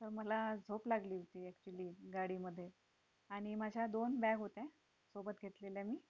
तर मला झोप लागली होती ॲक्च्युली गाडीमध्ये आणि माझ्या दोन बॅग होत्या सोबत घेतलेल्या मी